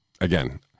again